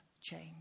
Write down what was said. change